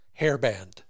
hairband